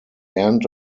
end